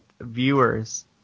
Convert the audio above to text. viewers